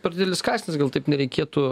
per didelis kąsnis gal taip nereikėtų